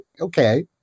okay